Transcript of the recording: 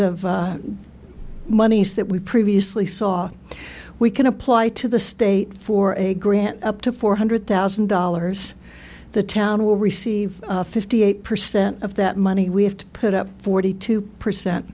of monies that we previously saw we can apply to the state for a grant up to four hundred thousand dollars the town will receive fifty eight percent of that money we have to put up forty two percent